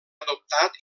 adoptat